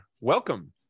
welcome